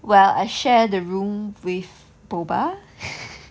well I share the room with boba